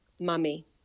mummy